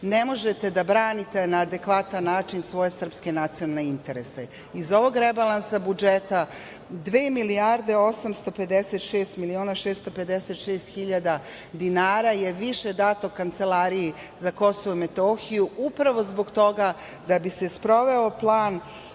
ne možete da branite na adekvatan način svoje srpske nacionalne interese. Iz ovog rebalansa budžeta 2.856.656.000 dinara je više dato Kancelariji za Kosovo i Metohiju, a upravo zbog toga da bi se sproveo plan